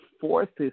forces